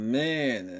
man